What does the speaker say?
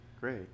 Great